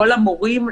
לא למורים,